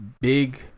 big